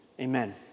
Amen